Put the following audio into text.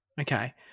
Okay